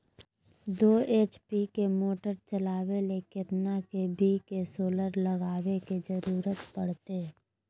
दो एच.पी के मोटर चलावे ले कितना के.वी के सोलर लगावे के जरूरत पड़ते?